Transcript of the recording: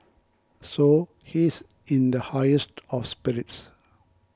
so he's in the highest of spirits